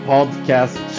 Podcast